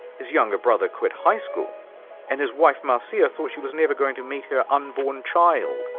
his younger brother quit high school and his wife marcia thought she was never going to meet her unborn child.